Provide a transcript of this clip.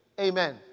Amen